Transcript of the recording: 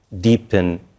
deepen